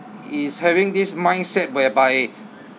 is having this mindset whereby